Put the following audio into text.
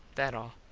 that all.